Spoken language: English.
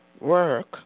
work